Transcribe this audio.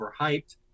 overhyped